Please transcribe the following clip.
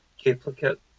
duplicate